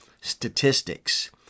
statistics